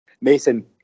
Mason